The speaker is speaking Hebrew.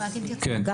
כן,